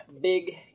Big